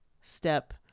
step